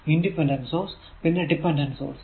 independent source പിന്നെ dependent source